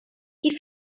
que